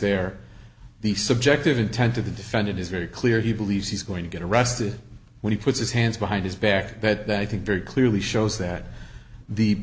there the subjective intent of the defendant is very clear he believes he's going to get arrested when he puts his hands behind his back that i think very clearly shows that the